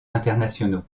internationaux